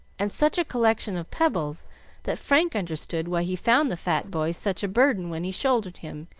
and such a collection of pebbles that frank understood why he found the fat boy such a burden when he shouldered him,